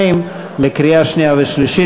2), לקריאה שנייה ושלישית.